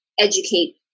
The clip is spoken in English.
educate